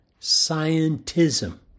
Scientism